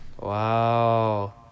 Wow